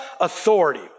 authority